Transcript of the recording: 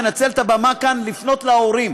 מנצל את הבמה כאן לפנות להורים,